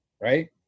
right